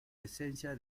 esencia